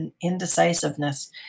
indecisiveness